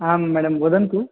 हां मेडं वदन्तु